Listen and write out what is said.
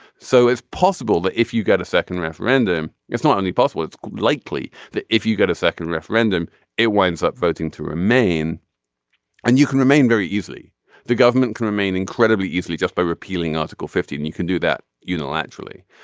so it's possible that if you got a second referendum it's not only possible it's likely that if you get a second referendum it winds up voting to remain and you can remain very easily the government can remain incredibly easily just by repealing article fifty and you can do that unilaterally.